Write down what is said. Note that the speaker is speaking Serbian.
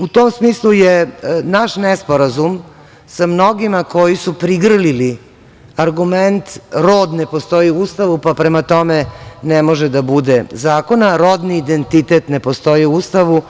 U tom smislu je naš nesporazum sa mnogima koji su prigrlili argument rod ne postoji u Ustavu pa prema tome ne može da bude zakon, a rodni identitet ne postoji u Ustavu,